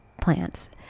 plants